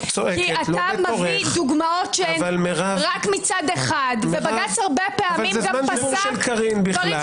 מביא דוגמאות שהן רק מצד אחד ובג"ץ הרבה פעמים פסק דברים